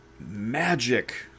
Magic